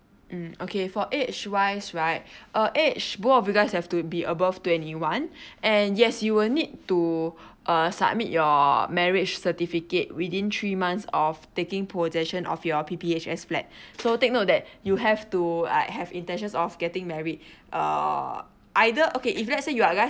mm okay for age wise right uh age both of you guys have to be above twenty one and yes you will need to uh submit your marriage certificate within three months of taking possession of your P_P_H_S flat so take note that you have to like have intentions of getting married uh either okay if let's say you are guys